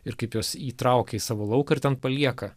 ir kaip juos įtraukia į savo lauką ir ten palieka